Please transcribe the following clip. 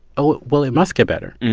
oh, well, it must get better.